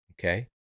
Okay